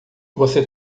você